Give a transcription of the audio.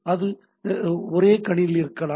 இது ஒரே கணினியில் இருக்கலாம்